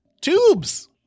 tubes